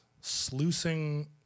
sluicing